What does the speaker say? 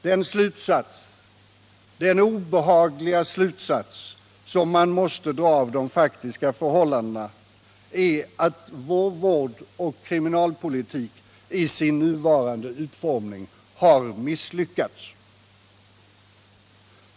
Den slutsats — den obehagliga slutsats — som man måste dra av de faktiska förhållandena är att vår vårdoch kriminalpolitik i sin nuvarande utformning har misslyckats.